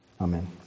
Amen